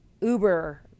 uber